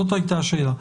זאת הייתה השאלה.